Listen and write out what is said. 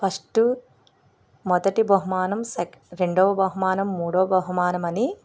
first మొదటి బహుమానం sec రెండవ బహుమానం మూడవ బహుమానం అని